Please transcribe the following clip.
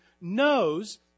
knows